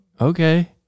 okay